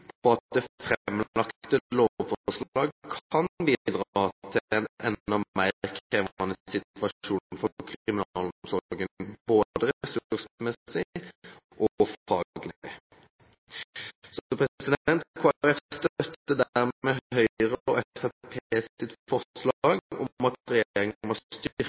at det framlagte lovforslaget kan bidra til en enda mer krevende situasjon for kriminalomsorgen, både ressursmessig og faglig. Kristelig Folkeparti støtter dermed Høyre og Fremskrittspartiets forslag om at regjeringen må